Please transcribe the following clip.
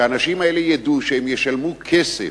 שהאנשים האלה ידעו שהם ישלמו כסף,